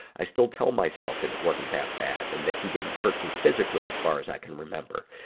i still tell myself that it wasn't that bad and that he didn't hurt me physically, as far as i can remember.